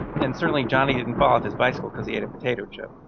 and certainly johnny didn't fall off his bicycle because he ate a potato chip.